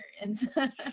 experience